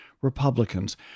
Republicans